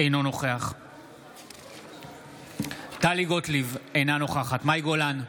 אינו נוכח טלי גוטליב, אינה נוכחת מאי גולן,